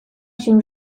się